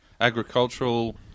agricultural